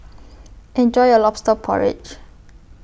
Enjoy your Lobster Porridge